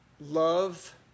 love